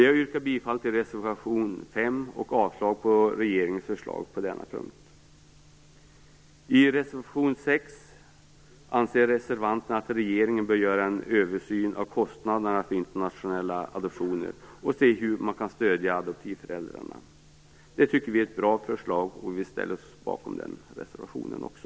Jag yrkar bifall till reservation 5 och avslag på regeringens förslag på denna punkt. I reservation 6 anser reservanterna att regeringen bör göra en översyn av kostnaderna för internationella adoptioner och se hur man kan stödja adoptivföräldrarna. Det tycker vi är ett bra förslag, och vi ställer oss bakom den reservationen också.